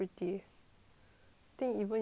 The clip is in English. think even you prettier